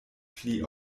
pli